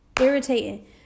Irritating